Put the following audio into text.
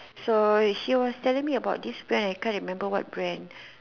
so she was telling me about this brand I can't remember what brand